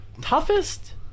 Toughest